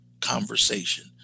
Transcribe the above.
conversation